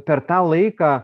per tą laiką